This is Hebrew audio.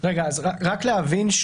אז רק להבין,